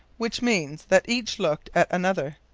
which means that each looked at another.